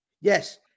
yes